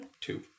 Two